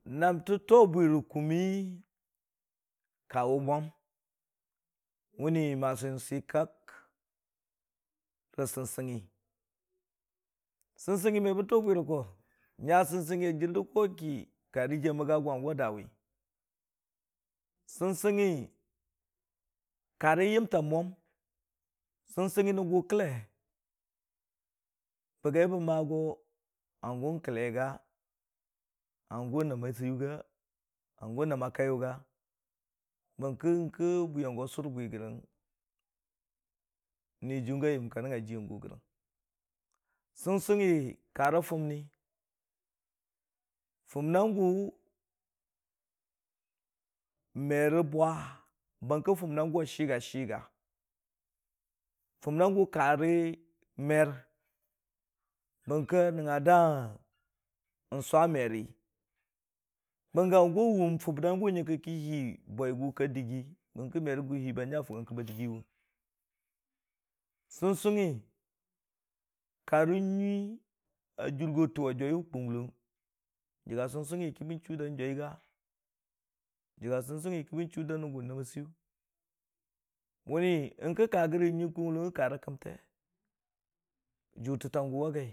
Naamtə tʊwʊ bwi rə kʊmmi ka wʊ mwam, munni masi n'si kak rə sɨngsɨngngi. Sɨngsɨngngi me bə tʊwʊ bwi rə koo nya sɨngsɨngngi a jir rə koo ki karə jiya məgga gʊ hangʊ na dawi, sɨngsɨngngi ka rə yəmtang mwam, sɨngsɨngngi nən gʊ kəlle, bəgai bə ma go "hangʊ kəlle ga, hangʊ naama swiyeyʊ ga, hangʊ naama kaiyʊ ga" bəngkə yəngkə bwiyang gʊ a sur bwi gərəng Niyajuyʊ ga yəm yəngka nəngnga jiiya gʊ gərəng, sɨngsɨngngi ka rə fʊnni, fʊnna gʊ me rə bwa bəng kə funna gʊ a chiga chiga funna gʊ ka rə mer, bəng kə a nəngnga da swa merə, bəng gə hangʊ a wʊm funna gʊ yəngkə ki hii bwaigʊ ka dəggi bəng kə merə gʊ hii ba nya fʊng kə ba dəgai wʊn sɨgsɨngngi ka rə nyui a dʊrgo təng wa jwiyʊ kʊnglong, jəgga sɨgsɨngngi kə bən chuu da jwaiga, jəgga sɨgsɨngngi ki bən chuu da nən gu naama seiyʊ mənni yəngkə ka rə gən nən nyui kʊnglong gən wʊni karə kəmte, dwutə tangʊ wa gai.